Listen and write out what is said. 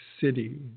city